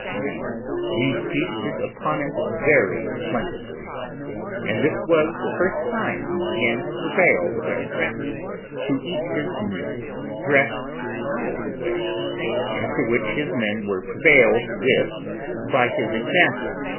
and we feasted upon it very plentifully and this was the first time we began to prevail with our prince to eat his meat dressed our way after which his men were prevailed with by his example,